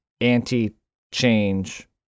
anti-change